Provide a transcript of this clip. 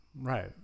Right